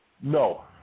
No